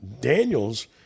Daniels